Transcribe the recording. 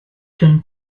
qu’une